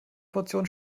portion